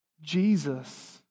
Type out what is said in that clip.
Jesus